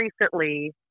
recently